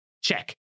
Check